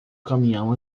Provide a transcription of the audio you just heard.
caminhão